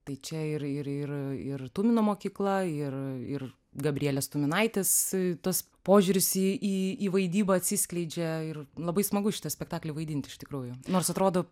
tai čia ir ir ir ir tumino mokykla ir ir gabrielės tuminaitės tas požiūris į į į vaidybą atsiskleidžia ir labai smagu šitą spektaklį vaidint iš tikrųjų nors atrodo